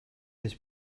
his